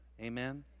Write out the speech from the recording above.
amen